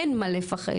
אין מה לפחד,